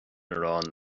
arán